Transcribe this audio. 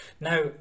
Now